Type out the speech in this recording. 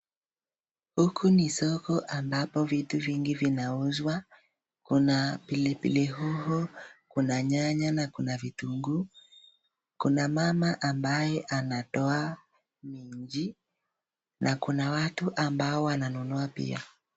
Huku ni soko ambapo vitu vingi vinauzwa. Kuna pilipili hoho, kuna nyanya na kuna vitunguu. Kuna mama ambaye anatoa minji ,na kuna watu ambao wananunua pia.